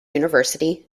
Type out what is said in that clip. university